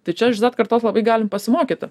tai čia iš z kartos labai galim pasimokyti